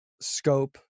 scope